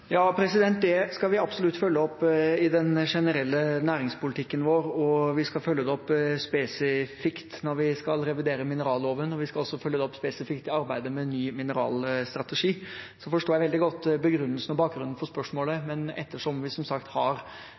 Det skal vi absolutt følge opp i den generelle næringspolitikken vår, og vi skal følge det opp spesifikt når vi skal revidere mineralloven. Vi skal også følge det opp spesifikt i arbeidet med ny mineralstrategi. Jeg forstår veldig godt begrunnelsen og bakgrunnen for spørsmålet, men ettersom vi som sagt nå har